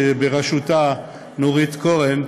שבראשותה נורית קורן,